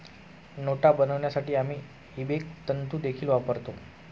नोटा बनवण्यासाठी आम्ही इबेक तंतु देखील वापरतो